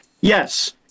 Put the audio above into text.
yes